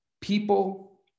people